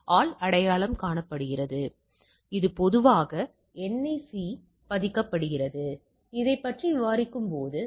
அதனால் எனவே ஒரு கை வர்க்கப் பரவலில் எனவே சராசரியானது கட்டின்மை கூறுகளின் எண்ணிக்கைக்குச் சமம் மற்றும் மாறுபாட்டு அளவையானது அதைவிட 2 மடங்கு இருக்கும்